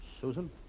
Susan